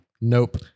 Nope